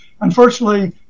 Unfortunately